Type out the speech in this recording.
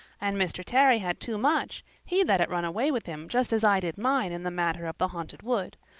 and mr. terry had too much he let it run away with him just as i did mine in the matter of the haunted wood.